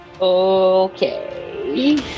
Okay